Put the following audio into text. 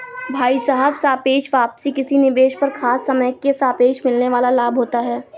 भाई साहब सापेक्ष वापसी किसी निवेश पर खास समय के सापेक्ष मिलने वाल लाभ होता है